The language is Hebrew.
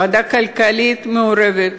ועדה כלכלית מעורבת.